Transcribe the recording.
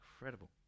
Incredible